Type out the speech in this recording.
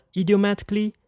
idiomatically